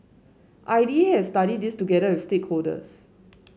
I D A has studied this together with stakeholders